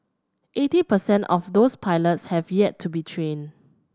eighty per cent of those pilots have yet to be trained